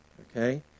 okay